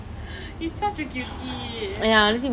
he's such a cutie